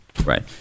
Right